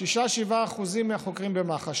6% 7% מהחוקרים במח"ש.